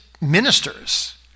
ministers